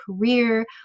career